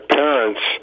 parents